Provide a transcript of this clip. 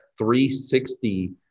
360